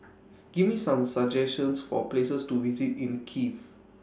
Give Me Some suggestions For Places to visit in Kiev